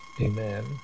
Amen